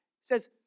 says